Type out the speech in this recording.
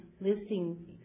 listing